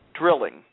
drilling